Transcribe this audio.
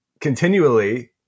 continually